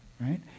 right